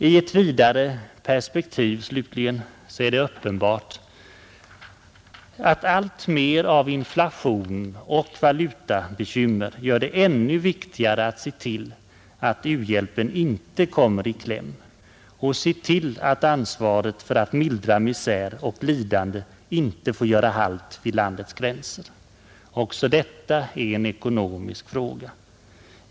I ett vidare perspektiv slutligen, är det uppenbart att alltmer av inflation och valutabekymmer gör det ännu viktigare att se till att u-hjälpen inte kommer i kläm och att ansvaret för att mildra misär och lidande inte får göra halt vid landets gränser. Också detta är en ekonomisk fråga.